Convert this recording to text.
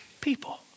people